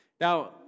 Now